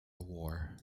war